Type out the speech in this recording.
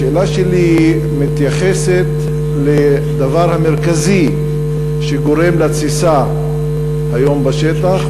השאלה שלי מתייחסת לדבר המרכזי שגורם לתסיסה היום בשטח,